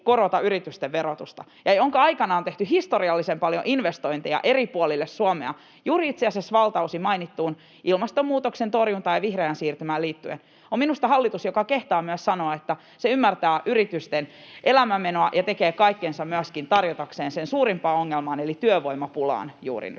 korota yritysten verotusta ja jonka aikana on tehty historiallisen paljon investointeja eri puolille Suomea itse asiassa valtaosin juuri mainittuun ilmastonmuutoksen torjuntaan ja vihreään siirtymään liittyen, on minusta hallitus, joka kehtaa myös sanoa, että se ymmärtää yritysten elämänmenoa, ja tekee kaikkensa myöskin tarjotakseen sen suurimpaan ongelmaan eli työvoimapulaan juuri nyt